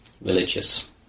religious